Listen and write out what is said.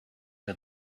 que